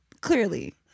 Clearly